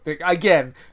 Again